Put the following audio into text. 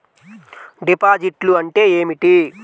డిపాజిట్లు అంటే ఏమిటి?